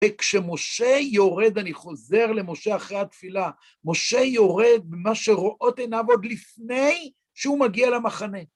וכשמשה יורד, אני חוזר למשה אחרי התפילה, משה יורד ומה שרואות עיניו עוד לפני שהוא מגיע למחנה.